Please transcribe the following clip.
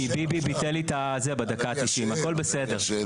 כי ביבי ביטל לי את הזה בדקה ה-90, הכול בסדר.